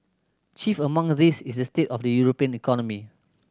chief among these is the state of the European economy